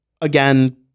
again